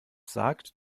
sagt